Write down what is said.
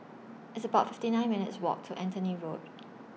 It's about fifty nine minutes' Walk to Anthony Road